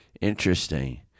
interesting